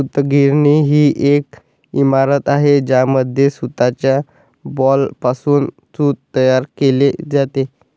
सूतगिरणी ही एक इमारत आहे ज्यामध्ये सूताच्या बॉलपासून सूत तयार केले जाते